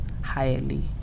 highly